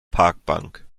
parkbank